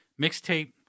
Mixtape